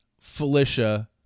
Felicia